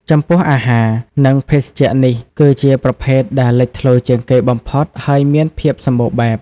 ចំពោះអាហារ និងភេសជ្ជៈនេះគឺជាប្រភេទដែលលេចធ្លោជាងគេបំផុត ហើយមានភាពសម្បូរបែប។